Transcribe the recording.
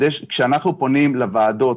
כשאנחנו פונים לוועדות,